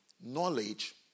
Knowledge